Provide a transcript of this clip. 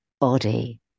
body